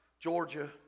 Georgia